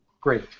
Great